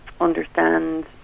understand